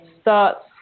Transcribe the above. starts